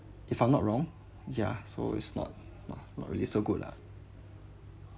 if I'm not wrong yeah so is not no not really so good lah